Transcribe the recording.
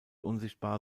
unsichtbar